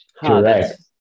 correct